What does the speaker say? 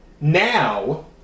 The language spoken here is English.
now